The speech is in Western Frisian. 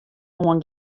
oan